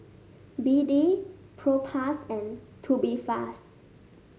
B D Propass and Tubifast